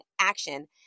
action